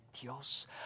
Dios